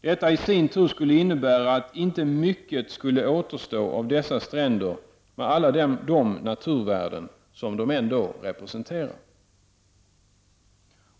Detta i sin tur skulle innebära att inte mycket återstod av dessa stränder, med alla de naturvärden som de representerar.